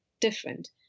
different